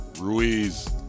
Ruiz